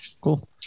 cool